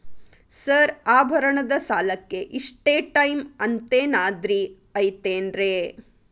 Sir ಆಭರಣದ ಸಾಲಕ್ಕೆ ಇಷ್ಟೇ ಟೈಮ್ ಅಂತೆನಾದ್ರಿ ಐತೇನ್ರೇ?